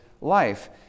life